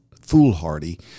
foolhardy